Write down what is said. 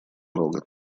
рога